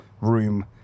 room